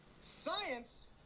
Science